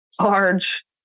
large